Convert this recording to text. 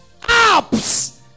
Apps